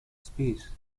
space